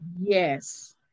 Yes